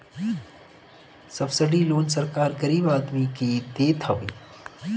subsidy loan सरकार गरीब आदमी के देत हवे